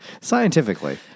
Scientifically